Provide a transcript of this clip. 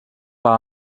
war